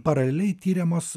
paraleliai tiriamos